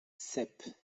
sep